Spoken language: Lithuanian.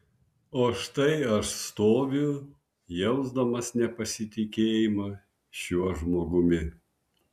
o štai aš stoviu jausdamas nepasitikėjimą šiuo žmogumi